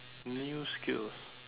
new skills